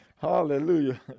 Hallelujah